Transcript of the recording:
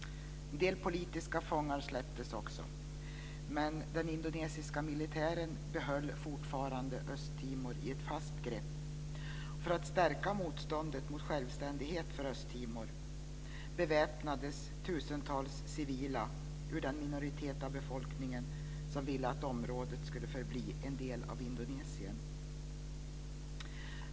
En del politiska fångar släpptes också, men den indonesiska militären behöll fortfarande Östtimor i ett fast grepp. För att stärka motståndet mot självständighet för Östtimor beväpnades tusentals civila ur den minoritet av befolkningen som ville att området skulle förbli en del av Indonesien.